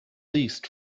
leased